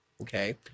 okay